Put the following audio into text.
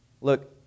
Look